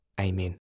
amen